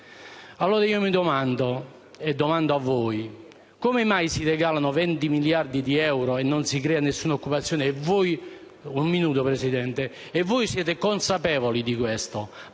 Allora io mi domando e domando a voi: come mai si regalano 20 miliardi di euro e non si crea alcuna occupazione (e voi siete consapevoli di questo),